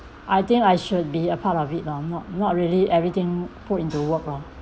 I think I should be a part of it lor not not really everything put into work lor